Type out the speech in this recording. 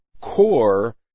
core